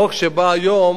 החוק שבא היום